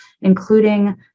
including